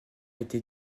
été